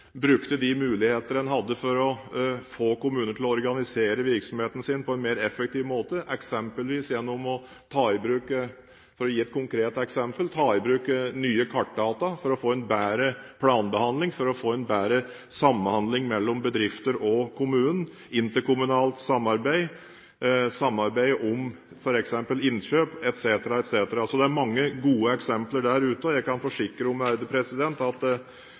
brukte de muligheter en hadde for å få kommuner til å organisere virksomheten sin på en mer effektiv måte. Det kunne eksempelvis skje gjennom – for å gi et konkret eksempel – å ta i bruk nye kartdata for å få en bedre planbehandling, for å få en bedre samhandling mellom bedrifter og kommunen, gjennom interkommunalt samarbeid, samarbeid om f.eks. innkjøp etc. Det er mange gode eksempler der ute. Jeg kan forsikre om